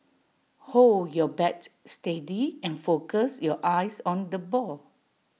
hold your bat steady and focus your eyes on the ball